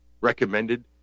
recommended